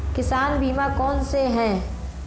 किसान बीमा कौनसे हैं?